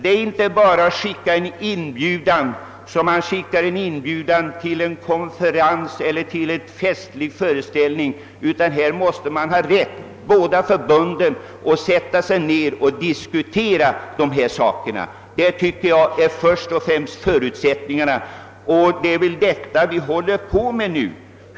Det är inte bara att skicka en inbjudan som till en jaktkonferens eller en festlig fö reställning, utan båda förbunden måste få sätta sig ned och diskutera dessa saker. Det är den främsta förutsättningen, och det är väl detta vi håller på med nu.